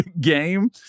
game